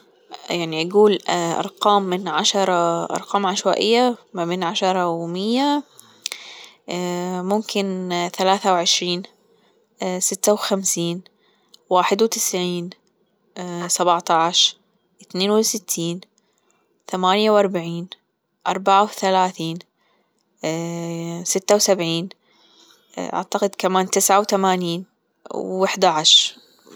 يعني أجول ايه أرجام من عشرة أرجام عشوائية ما بين عشرة ومية إيه ممكن ثلاثة وعشرين إيه ستة وخمسين واحد وتسعين إيه سبعطاش اتنين وستين تمانية وأربعين أربعة وثلاثين إيه ستة وسبعين إيه أعتقد كمان تسعة وتمانين واحداش.